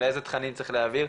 לאיזה תכנים צריך להעביר,